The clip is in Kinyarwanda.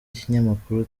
ikinyamakuru